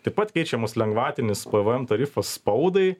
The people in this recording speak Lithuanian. taip pat keičiamas lengvatinis pvm tarifas spaudai